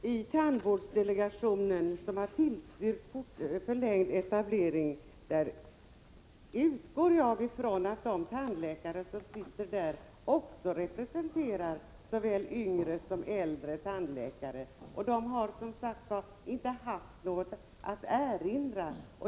Herr talman! Jag utgår ifrån att de tandläkare som sitter i tandvårdsdelegationen, som har tillstyrkt förlängd etablering, representerar såväl yngre som äldre tandläkare. De har, som sagt, inte haft något att erinra.